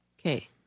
Okay